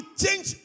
change